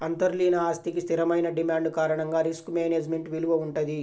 అంతర్లీన ఆస్తికి స్థిరమైన డిమాండ్ కారణంగా రిస్క్ మేనేజ్మెంట్ విలువ వుంటది